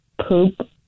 poop